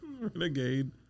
Renegade